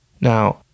Now